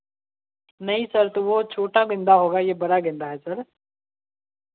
नहीं सर तो वह छोटा गेंदा होगा यह बड़ा गेंदा है सर